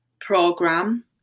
program